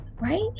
Right